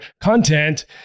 content